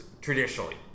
traditionally